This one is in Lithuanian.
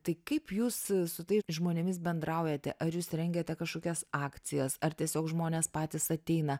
tai kaip jūs su tai žmonėmis bendraujate ar jūs rengiate kažkokias akcijas ar tiesiog žmonės patys ateina